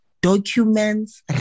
documents